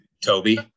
Toby